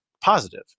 positive